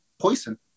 poison